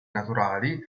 naturali